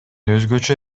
өзгөчө